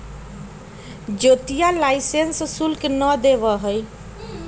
ज्योतिया लाइसेंस शुल्क ना देवा हई